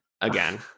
again